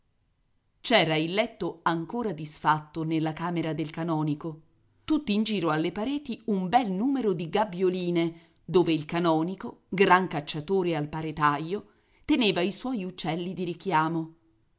c'era il letto ancora disfatto nella camera del canonico tutt'in giro alle pareti un bel numero di gabbioline dove il canonico gran cacciatore al paretaio teneva i suoi uccelli di richiamo